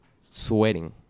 sweating